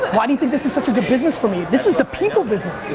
why do you think this is such a good business for me? this is the people business.